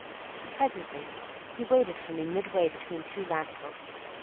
presently he waited for me midway between two lamp-posts.